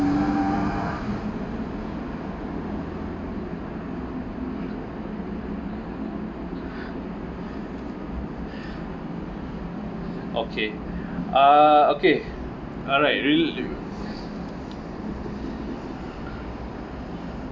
okay uh okay alright really